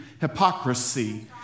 hypocrisy